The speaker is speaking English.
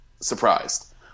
surprised